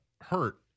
hurt